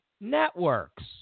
networks